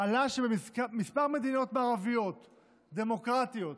עלה שבכמה מדינות מערביות דמוקרטיות,